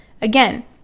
again